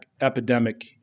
epidemic